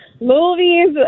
movies